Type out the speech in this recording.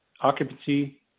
Occupancy